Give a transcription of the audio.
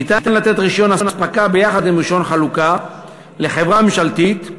ניתן לתת רישיון אספקה יחד עם רישיון חלוקה לחברה ממשלתית,